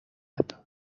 اید